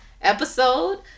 episode